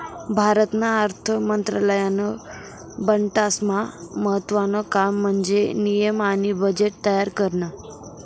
भारतना अर्थ मंत्रालयानं बठ्ठास्मा महत्त्वानं काम म्हन्जे नियम आणि बजेट तयार करनं